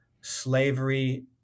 slavery